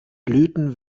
blüten